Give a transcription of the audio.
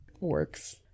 works